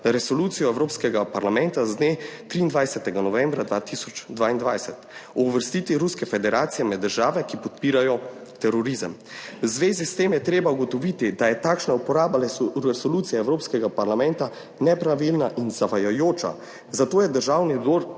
resolucijo Evropskega parlamenta z dne 23. novembra 2022, o uvrstiti Ruske federacije med države, ki podpirajo terorizem. V zvezi s tem je treba ugotoviti, da je takšna uporaba resolucije Evropskega parlamenta nepravilna in zavajajoča, zato je Državni zbor